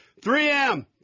3M